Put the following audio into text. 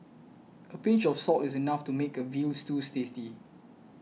a pinch of salt is enough to make a Veal Stew tasty